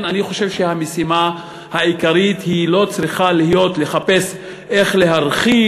אני חושב שהמשימה העיקרית לא צריכה לחפש איך להרחיב